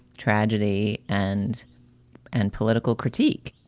tragedy and and political critique.